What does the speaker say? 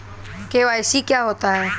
KYC क्या होता है?